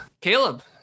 Caleb